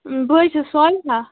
بہٕ حظ چھَس صالِحہ